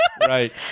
Right